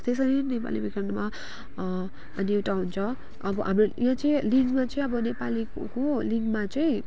त्यसरी नै नेपाली व्याकरणमा अनि एउटा हुन्छ अब हाम्रो यो चाहिँ लिङ्गमा चाहिँ अब नेपालीको लिङ्गमा चाहिँ